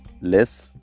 less